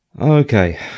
Okay